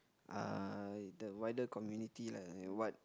uh the wider community lah what